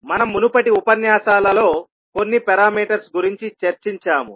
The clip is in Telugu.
మనం మునుపటి ఉపన్యాసాలలో కొన్ని పారామీటర్స్ గురించి చర్చించాము